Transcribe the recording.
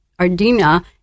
Ardina